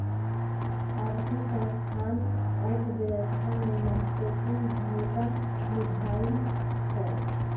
आर्थिक संस्थान अर्थव्यवस्था में महत्वपूर्ण भूमिका निमाहबइ छइ